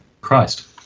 Christ